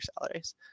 salaries